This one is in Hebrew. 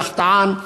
כך טען,